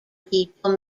people